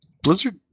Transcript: Blizzard